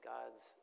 God's